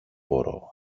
μπορώ